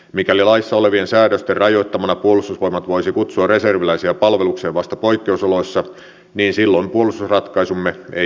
mikäli laissa olevien säädösten rajoittamana puolustusvoimat voisi kutsua reserviläisiä palvelukseen vasta poikkeusoloissa niin silloin puolustusratkaisumme ei enää toimi